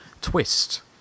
twist